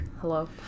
Hello